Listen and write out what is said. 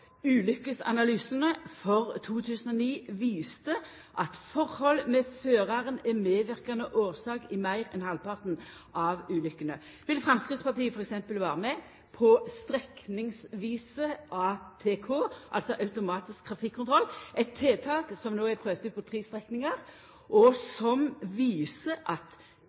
for 2009 viser at tilhøve ved føraren er medverkande årsak i meir enn halvparten av ulykkene. Vil Framstegspartiet f.eks. vera med på strekningsvis ATK – automatisk trafikkontroll – eit tiltak som no er prøvt ut på tre strekningar, og som viser at